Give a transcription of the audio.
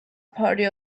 party